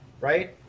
right